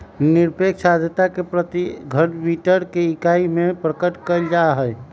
निरपेक्ष आर्द्रता के प्रति घन मीटर के इकाई में प्रकट कइल जाहई